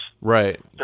right